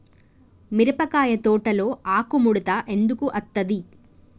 మిరపకాయ తోటలో ఆకు ముడత ఎందుకు అత్తది?